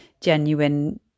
genuine